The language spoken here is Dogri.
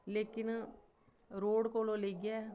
लेकिन रोड कोला लेइयै